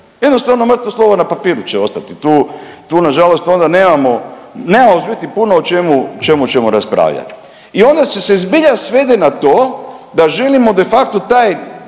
Jednostavno mrtvo slovo na papiru će ostati. Tu, tu nažalost onda nemamo, nemamo u biti puno o čemu, čemu ćemo raspravljati. I onda se sve zbilja svede na to, da želimo de facto taj,